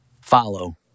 follow